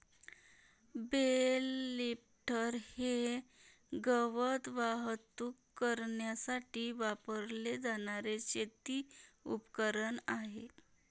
bell lifter हे गवत वाहतूक करण्यासाठी वापरले जाणारे शेती उपकरण आहे